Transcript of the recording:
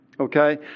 Okay